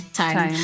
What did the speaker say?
time